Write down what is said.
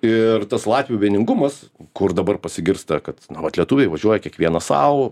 ir tas latvių vieningumas kur dabar pasigirsta kad na vat lietuviai važiuoja kiekvienas sau